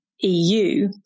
EU